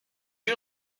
you